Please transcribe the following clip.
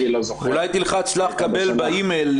אני לא זוכר --- אולי תלחץ 'קבל' באימייל,